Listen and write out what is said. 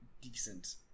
decent